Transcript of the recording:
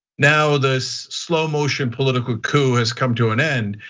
now this slow motion political coup has come to an end,